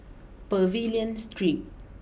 Pavilion Street